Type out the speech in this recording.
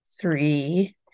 three